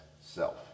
self